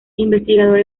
investigador